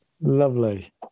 Lovely